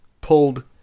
pulled